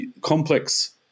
complex